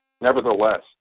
Nevertheless